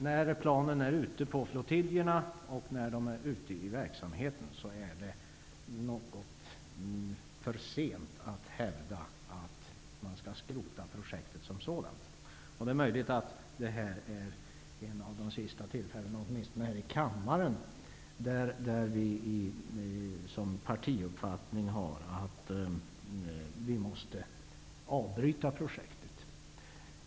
När planen är ute på flottiljerna och i verksamheten är det försent att hävda att vi skall skrota projektet som sådant. Det är möjligt att detta är ett av de sista tillfällena, åtminstone här i kammaren, där vi har som partiuppfattning att vi måste avbryta projektet.